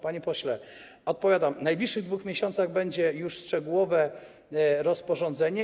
Panie pośle, odpowiadam: w ciągu najbliższych 2 miesięcy będzie już szczegółowe rozporządzenie.